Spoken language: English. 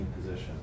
position